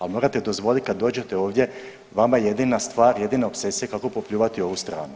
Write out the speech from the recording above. Ali morate dozvoliti kad dođete ovdje vama jedina stvar, jedina opsesija kako popljuvati ovu stranu.